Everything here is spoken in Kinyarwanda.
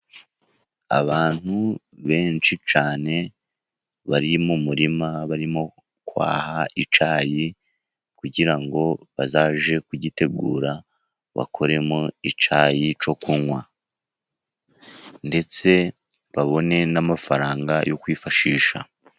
Abantu benshi cyane, bari mu murima barimo kwaha icyayi, kugira ngo bazage kugitegura, bakoremo icyayi cyo kunywa, ndetse babone n'amafaranga yo kwifashisha.